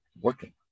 working